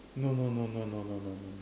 no no no no no no no no